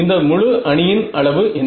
இந்த முழு அணியின் அளவு என்ன